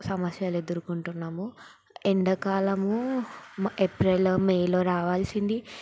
సమస్యలు ఎదుర్కొంటున్నాము ఎండకాలము ఏప్రిల్ మేలో రావాల్సింది